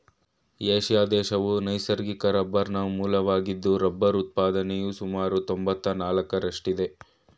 Asia ದೇಶವು ನೈಸರ್ಗಿಕ ರಬ್ಬರ್ನ ಮೂಲವಾಗಿದ್ದು ರಬ್ಬರ್ ಉತ್ಪಾದನೆಯು ಸುಮಾರು ತೊಂಬತ್ನಾಲ್ಕರಷ್ಟಿದೆ